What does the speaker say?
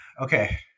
okay